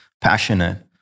passionate